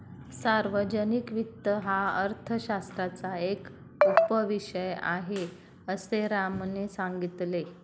सार्वजनिक वित्त हा अर्थशास्त्राचा एक उपविषय आहे, असे रामने सांगितले